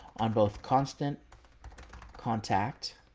on both constant contact,